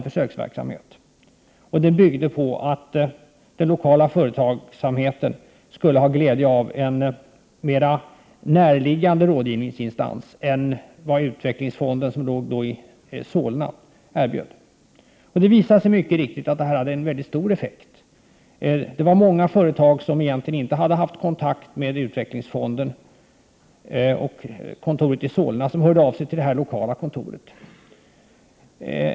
Försöket byggde på tanken att den lokala företagsamheten skulle ha glädje av en mera närliggande rådgivningsinstans än vad utvecklingsfonden erbjöd. Det visade sig mycket riktigt att detta försök hade en mycket stor effekt. Många företag som inte hade haft kontakt med utvecklingsfondens kontor i Solna hörde av sig till det lokala kontoret i Norrtälje.